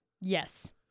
Yes